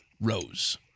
Rose